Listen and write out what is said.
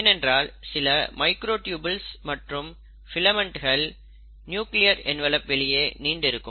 ஏனென்றால் சில மைக்ரோட்யூபில்ஸ் மற்றும் பிலமன்ட்கள் நியூக்ளியர் என்வலப்பிற்கு வெளியே நீண்டு இருக்கும்